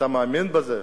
אתה מאמין בזה?